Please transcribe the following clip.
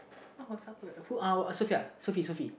what was supper whouhSophia Sophie Sophie